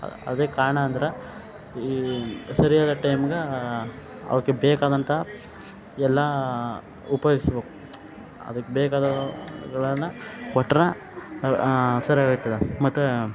ಅದು ಕಾರಣ ಅಂದ್ರೆ ಈ ಸರಿಯಾದ ಟೈಮ್ಗೆ ಅವಕ್ಕೆ ಬೇಕಾದಂಥ ಎಲ್ಲ ಉಪ್ಯೋಗ್ಸಬೇಕು ಅದಕ್ಕೆ ಬೇಕಾದ ಗಳನ್ನು ಕೊಟ್ರೆ ಸರಿಯಾಗೈತದ ಮತ್ತು